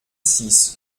six